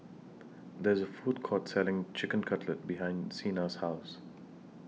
There IS A Food Court Selling Chicken Cutlet behind Xena's House